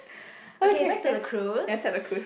okay yes yes at the cruise